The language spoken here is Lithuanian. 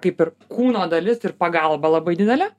kaip ir kūno dalis ir pagalba labai didelė